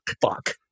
Fuck